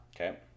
Okay